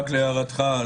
רק להערתך,